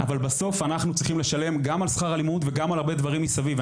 אבל בסוף אנחנו צריכים לשלם גם על שכר הלימוד וגם על הרבה דברים מסביב.